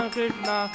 Krishna